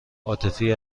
عاطفی